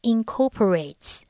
Incorporates